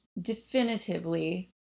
definitively